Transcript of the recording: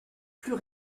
plus